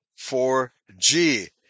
4G